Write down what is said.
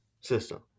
system